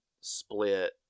Split